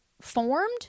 formed